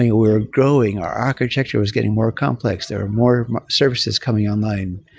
we're growing. our architecture was getting more complex. there are more services coming online.